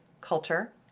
culture